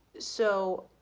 so